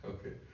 Okay